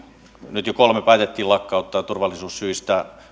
nyt jo kolmeen päätettiin lakkauttaa turvallisuussyistä